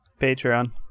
Patreon